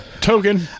token